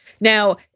Now